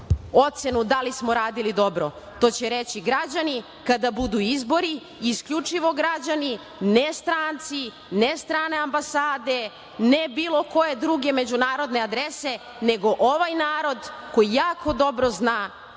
ocenu da li smo radili dobro. To će reći građani kada budu izbori i isključivo građani. Ne stranci, ne strane ambasade, ne bilo koje druge međunarodne adrese, nego ovaj narod koji jako dobro zna